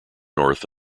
north